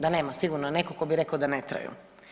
Da nema sigurno netko tko bi rekao da ne traju.